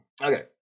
Okay